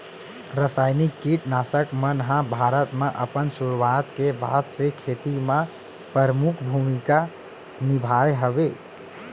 रासायनिक किट नाशक मन हा भारत मा अपन सुरुवात के बाद से खेती मा परमुख भूमिका निभाए हवे